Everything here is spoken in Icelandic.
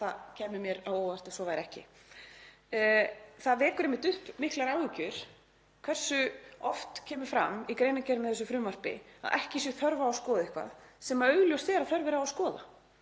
það kæmi mér á óvart ef svo væri ekki. Það vekur einmitt upp miklar áhyggjur hversu oft kemur fram, í greinargerð með þessu frumvarpi, að ekki sé þörf á að skoða eitthvað sem augljóst er að þörf er á að skoða.